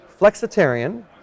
flexitarian